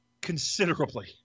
considerably